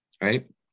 right